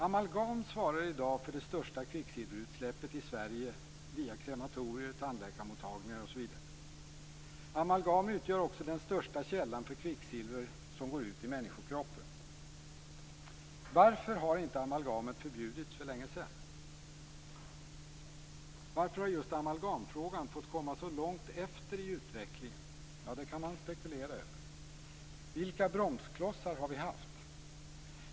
Amalgam svarar i dag för det största kvicksilverutsläppet i Sverige via krematorier, tandläkarmottagningar osv. Amalgam utgör också den största källan för kvicksilver som går ut i människokroppen. Varför har inte amalgamet förbjudits för länge sedan? Varför har just amalgamfrågan fått komma så långt efter i utvecklingen? Det kan man spekulera över. Vilka bromsklossar har vi haft?